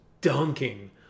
dunking